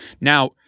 Now